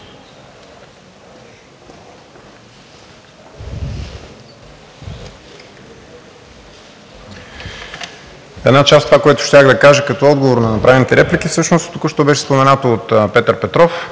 Една част от това, което щях да кажа като отговор на направените реплики, всъщност току-що беше споменато от Петър Петров.